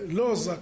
laws